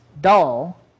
dull